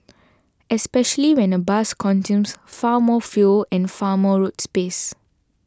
especially when a bus consumes far more fuel and far more road space